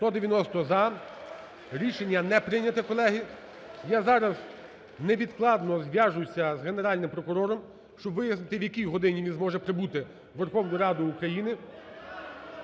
За-190 Рішення не прийняте, колеги. Я зараз невідкладно зв'яжуся з Генеральним прокурором, щоб вияснити, в якій годині він зможе прибути у Верховну Раду України